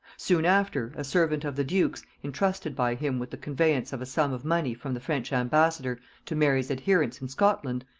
soon after, a servant of the duke's, intrusted by him with the conveyance of a sum of money from the french ambassador to mary's adherents in scotland,